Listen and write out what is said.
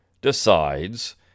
decides